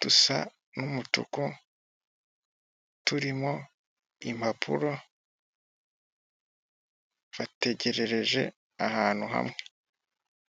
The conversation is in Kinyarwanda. dusa n'umutuku turimo impapuro, bategerereje ahantu hamwe.